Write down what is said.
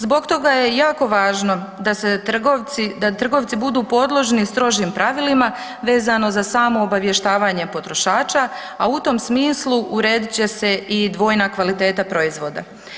Zbog toga je jako važno da se trgovci, da trgovci budu podložni strožim pravilima vezano za samo obavještavanje potrošača, a u tom smislu uredit će se i dvojna kvaliteta proizvoda.